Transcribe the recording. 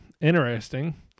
interesting